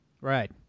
Right